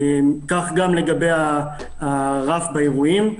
כך גם לגבי הרף באירועים,